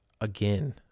Again